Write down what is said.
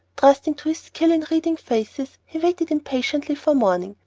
trusting to his skill in reading faces, he waited impatiently for morning,